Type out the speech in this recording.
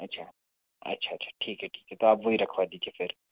अच्छा अच्छा अच्छा ठीक है तो आप वो ही रखवा दीजिए फिर